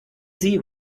sie